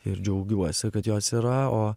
ir džiaugiuosi kad jos yra o